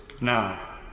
now